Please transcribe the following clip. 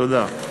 תודה.